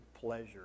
pleasure